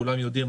כולם יודעים,